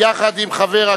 לא רק מחוסר ראיות,